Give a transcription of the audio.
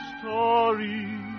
story